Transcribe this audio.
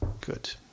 Good